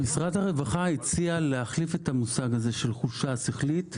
משרד הרווחה הציע להחליף את המושג הזה של חולשה שכלית,